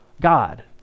God